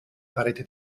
parete